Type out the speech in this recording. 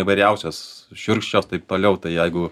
įvairiausios šiurkščios tai paliauta jeigu